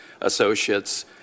associates